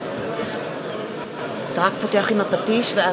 הנשיא! (חברי הכנסת מקדמים בקימה את פני נשיא המדינה.) נא